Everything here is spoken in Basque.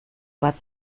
bat